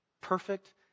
perfect